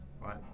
right